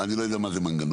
אני לא יודע מה זה מנגנון.